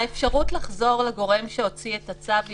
האפשרות לחזור לגורם שהוציא את הצו היא